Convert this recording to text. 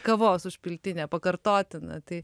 kavos užpiltinė pakartotina tai